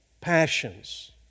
passions